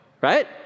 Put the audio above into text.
right